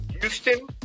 Houston